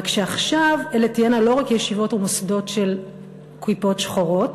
רק שעכשיו אלה תהיינה לא רק ישיבות ומוסדות של כיפות שחורות